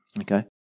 Okay